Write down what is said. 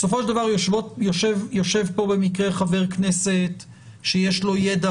בסופו של דבר יושב כאן במקרה חבר כנסת שיש לו ידע